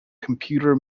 computer